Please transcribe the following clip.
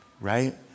right